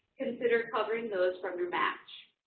consider covering those from your match.